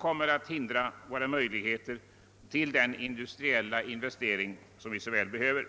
komma att minska våra möjligheter att få de industriella investeringar som vi så väl behöver.